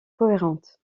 cohérente